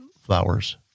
flowers